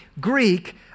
Greek